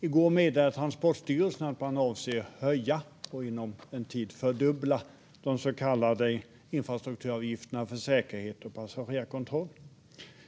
I går meddelande Transportstyrelsen att man avser att höja och inom en tid fördubbla de så kallade infrastrukturavgifterna för säkerhet och passagerarkontroll.